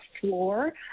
floor